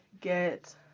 get